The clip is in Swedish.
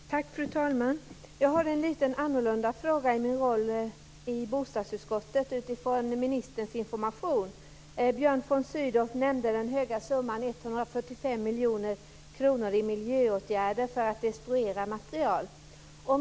Fru talman! Jag har en liten annorlunda fråga utifrån min roll i bostadsutskottet. Björn von Sydow nämnde den höga summan 145 miljoner kronor i miljöåtgärder för att destruera materiel.